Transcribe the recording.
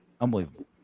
Unbelievable